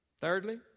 Thirdly